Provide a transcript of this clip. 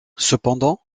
cependant